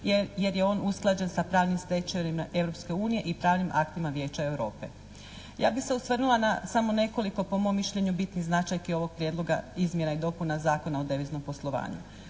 jer je on usklađen sa pravnim stečevinama Europske unije i pravnim aktima Vijeća Europe. Ja bi se osvrnula na samo nekoliko po mom mišljenju bitnih značajki ovog Prijedloga izmjena i dopuna Zakona o deviznom poslovanju.